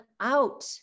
out